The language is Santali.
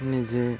ᱱᱤᱡᱮᱨ